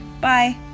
Bye